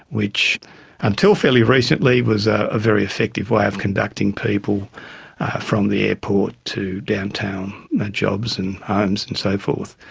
which until fairly recently was a very effective way of conducting people from the airport to downtown, their jobs and homes and so forth.